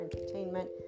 entertainment